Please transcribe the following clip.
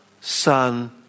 Son